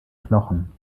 knochen